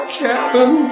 cabin